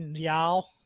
y'all